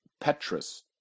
Petrus